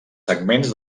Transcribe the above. segments